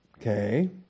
Okay